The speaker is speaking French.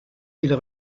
ils